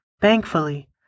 Thankfully